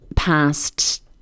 past